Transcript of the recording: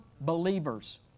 believers